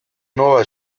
nuova